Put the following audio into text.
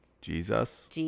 Jesus